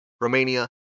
Romania